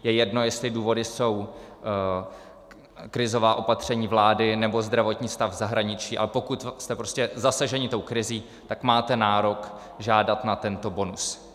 Je jedno, jestli důvody jsou krizová opatření vlády, nebo zdravotní stav v zahraničí, ale pokud jste zasaženi tou krizí, tak máte nárok žádat o tento bonus.